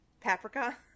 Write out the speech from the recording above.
Paprika